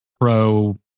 pro